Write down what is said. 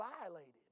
violated